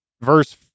Verse